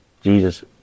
Jesus